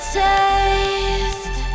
taste